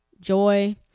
joy